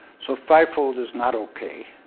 so five-fold is not okay.